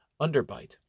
underbite